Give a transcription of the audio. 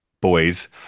boys